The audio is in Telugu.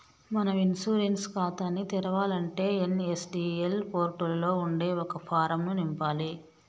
మనం ఇన్సూరెన్స్ ఖాతాని తెరవాలంటే ఎన్.ఎస్.డి.ఎల్ పోర్టులలో ఉండే ఒక ఫారం ను నింపాలి